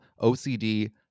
OCD